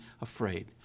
afraid